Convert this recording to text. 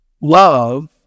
Love